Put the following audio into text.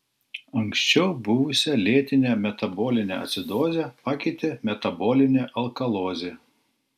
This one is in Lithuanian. anksčiau buvusią lėtinę metabolinę acidozę pakeitė metabolinė alkalozė